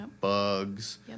bugs